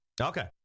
okay